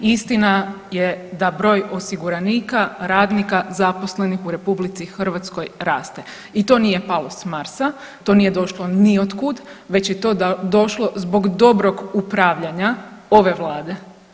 Istina je da broj osiguranika, radnika, zaposlenih u RH raste i to nije palo s Marsa, to nije došlo ni od kud već je to došlo zbog dobrog upravljanja ove vlade.